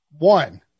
One